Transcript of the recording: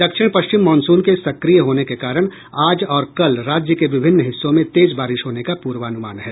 दक्षिण पश्चिम मॉनसून के सक्रिय होने के कारण आज और कल राज्य के विभिन्न हिस्सों में तेज बारिश होने का पूर्वानुमान है